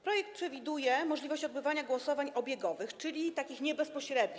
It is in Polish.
Projekt przewiduje możliwość odbywania głosowań obiegowych, czyli takich niebezpośrednich.